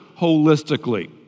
holistically